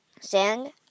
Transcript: Sand